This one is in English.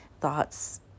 thoughts